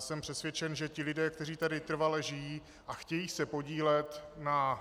Jsem přesvědčen, že ti lidé, kteří tady trvale žijí a chtějí se podílet na